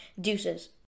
Deuces